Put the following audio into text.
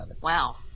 Wow